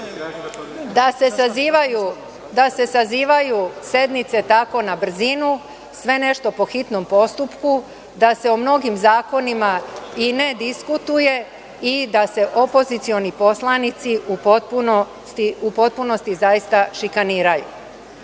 da se sazivaju sednice tako na brzinu, sve nešto po hitnom postupku, da se o mnogim zakonima i ne diskutuje i da se opozicioni poslanici u potpunosti zaista šikaniraju. Ono